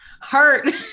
hurt